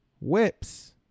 whips